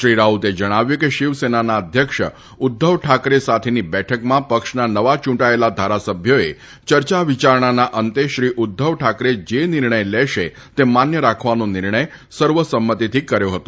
શ્રી રાઉતે જણાવ્યું હતું કે શિવસેનાના અધ્યક્ષ ઉધ્ધવ ઠાકરે સાથેની બેઠકમાં પક્ષના નવા ચૂંટાયેલા ધારાસભ્યોએ ચર્ચા વિચારણાના અંતે શ્રી ઉધ્ધવ ઠાકરે જે નિર્ણય લેશે તે માન્ય રાખવાનો નિર્ણય સર્વસંમતીથી કર્યો હતો